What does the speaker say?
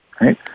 right